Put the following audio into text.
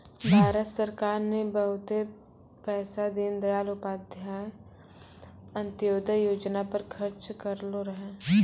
भारत सरकार ने बहुते पैसा दीनदयाल उपाध्याय अंत्योदय योजना पर खर्च करलो रहै